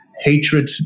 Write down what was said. hatred